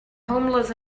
homeless